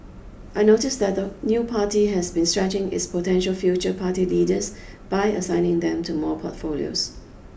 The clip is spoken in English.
I noticed that the new party has been stretching its potential future party leaders by assigning them to more portfolios